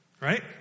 right